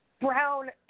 brown